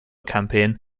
campaign